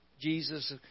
Jesus